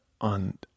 on